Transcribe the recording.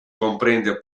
comprende